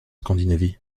scandinavie